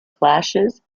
clashes